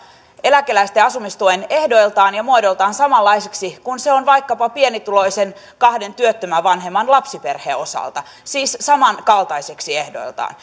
eläkeläisten asumistuen ehdoiltaan ja muodoiltaan samanlaiseksi kuin se on vaikkapa pienituloisen kahden työttömän vanhemman lapsiperheen osalta siis samankaltaiseksi ehdoiltaan